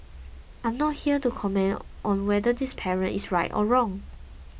I am not here to comment on whether this parent is right or wrong